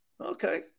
Okay